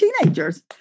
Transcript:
teenagers